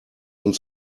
uns